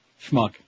Schmuck